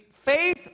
Faith